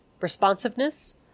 responsiveness